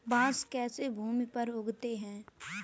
बांस कैसे भूमि पर उगते हैं?